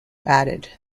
added